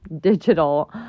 digital